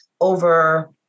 over